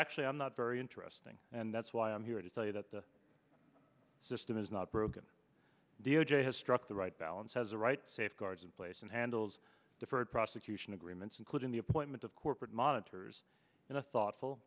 actually i'm not very interesting and that's why i'm here to tell you that the system is not broken d o j has struck the right balance has a right safeguards in place and handles deferred prosecution agreements including the appointment of corporate monitors in a thoughtful